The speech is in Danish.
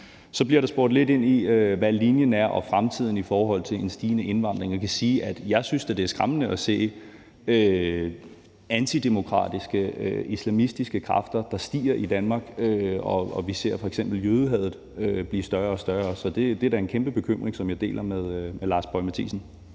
Så bliver der spurgt lidt ind til, hvad linjen og fremtiden er i forhold til den stigende indvandring. Jeg kan sige, at jeg da synes, det er skræmmende at se, at udbredelsen af antidemokratiske islamistiske kræfter stiger i Danmark, og vi ser f.eks. jødehadet blive større og større. Så det er da en kæmpe bekymring, som jeg deler med Lars Boje Mathiesen.